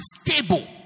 stable